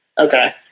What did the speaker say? Okay